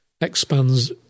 expands